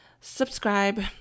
subscribe